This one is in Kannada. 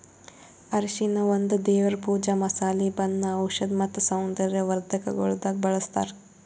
ಅರಿಶಿನ ಒಂದ್ ದೇವರ್ ಪೂಜಾ, ಮಸಾಲೆ, ಬಣ್ಣ, ಔಷಧ್ ಮತ್ತ ಸೌಂದರ್ಯ ವರ್ಧಕಗೊಳ್ದಾಗ್ ಬಳ್ಸತಾರ್